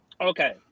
Okay